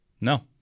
No